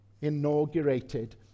inaugurated